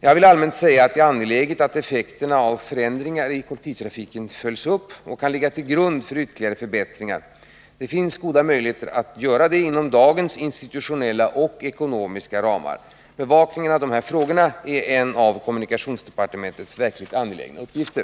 Jag vill allmänt säga att det är angeläget att effekterna av förändringar i kollektivtrafiken följs upp och kan ligga till grund för ytterligare förbättringar. Det finns goda möjligheter att göra detta inom dagens institutionella och ekonomiska ramar. Bevakning av dessa frågor är en av kommunikationsdepartementets verkligt angelägna uppgifter.